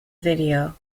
video